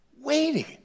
waiting